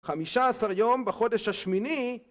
חמישה עשר יום בחודש השמיני